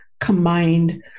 combined